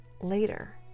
later